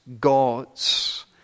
God's